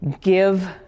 give